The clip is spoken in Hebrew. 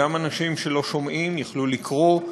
וגם אנשים שלא שומעים יכלו לקרוא,